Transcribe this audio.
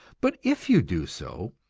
but if you do so,